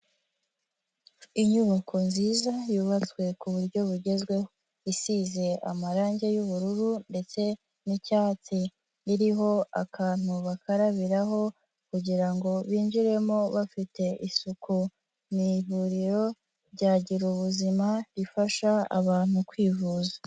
Inyubako nziza yubatswe ku buryo bugezweho. Isize amarangi y'ubururu ndetse n'icyatsi, iriho akantu bakarabiraho kugira ngo binjiremo bafite isuku. Ni ivuriro rya Girububuzima, rifasha abantu kwivuza.